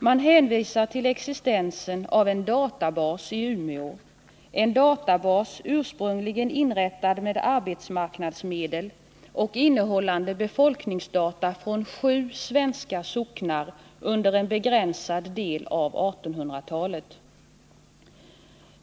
Man hänvisar till existensen av en databas i Umeå — en databas, ursprungligen inrättad med arbetsmarknadsmedel och innehållande befolkningsdata från sju svenska socknar under en begränsad del av 1800-talet!